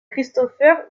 christopher